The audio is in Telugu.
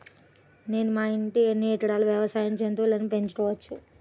నేను మా ఇంట్లో ఎన్ని రకాల వ్యవసాయ జంతువులను పెంచుకోవచ్చు?